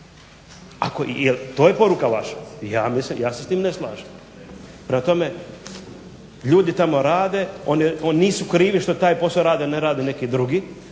To je poruka vaša, ja se s tim ne slažem. Prema tome ljudi tamo rade, oni nisu krivi što taj posao rade, ne rade neki drugi